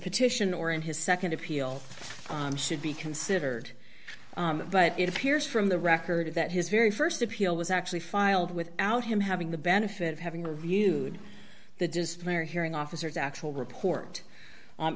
petition or in his nd appeal should be considered but it appears from the record that his very st appeal was actually filed without him having the benefit of having reviewed the disciplinary hearing officers actual report